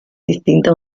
distintas